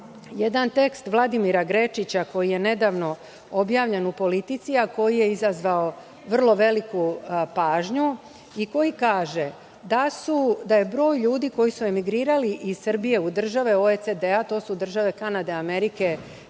jedan tekst Vladimira Grečića, koji je nedavno objavljen u Politici, a koji je izazvao vrlo veliku pažnju, a koji kaže da je broj ljudi koji je emigrirao iz Srbije u države OECD, to su Kanada, Amerika